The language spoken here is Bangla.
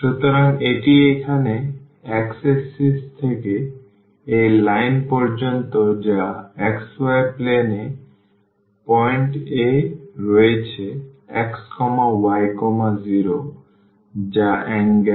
সুতরাং এটি এখানে x axis থেকে এই লাইন পর্যন্ত যা xy plane এ এই পয়েন্ট এ রয়েছে x y 0 যা অ্যাঙ্গেল